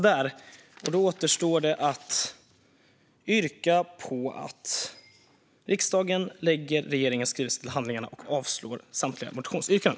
Då återstår att yrka på att riksdagen lägger regeringens skrivelse till handlingarna och avslår samtliga motionsyrkanden.